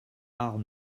art